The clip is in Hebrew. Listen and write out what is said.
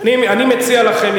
אני מציע לכם,